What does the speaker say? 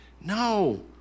No